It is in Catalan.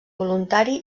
voluntari